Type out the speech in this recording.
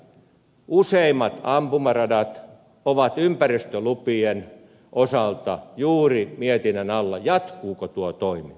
tällä hetkellä useimmat ampumaradat ovat ympäristölupien osalta juuri mietinnän alla jatkuuko tuo toiminta